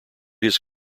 his